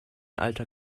alter